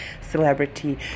celebrity